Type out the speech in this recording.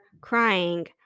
crying